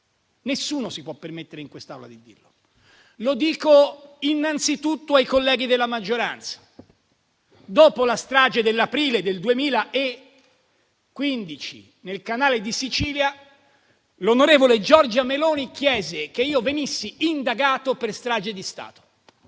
Nessuno si può permettere in quest'Aula di dirlo, lo dico innanzitutto ai colleghi della maggioranza. Dopo la strage dell'aprile del 2015 nel Canale di Sicilia l'onorevole Giorgia Meloni chiese che venissi indagato per strage di Stato